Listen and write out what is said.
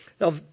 Now